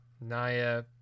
Naya